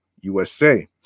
USA